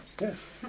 Yes